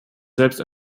selbst